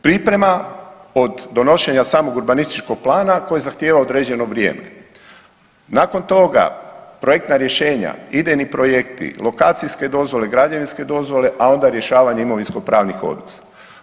Priprema od donošenja samog urbanističkog plana koji zahtijeva određeno vrijeme, nakon toga projektna rješenja, idejni projekti, lokacijske dozvole, građevinske dozvole, a onda rješavanje imovinskopravnih odnosa.